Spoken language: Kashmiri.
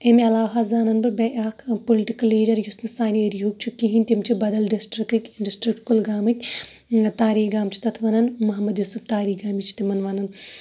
امہِ عَلاوٕ حظ زانَن بہٕ بیٚیہِ اَکھ پُلِٹِکَل لیٖڈَر یُس نہٕ سانہِ ایریا ہُک چھُ کِہیٖنۍ تِم چھِ بَدَل ڈِسٹرکٕک ڈِسٹرک کُلگامٕک تاری گام چھِ تَتھ وَنان محمد یوسُف تاریگامی چھِ تِمَن وَنان